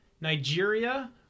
Nigeria